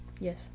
Yes